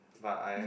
but I